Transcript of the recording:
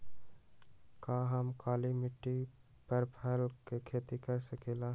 का हम काली मिट्टी पर फल के खेती कर सकिले?